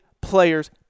players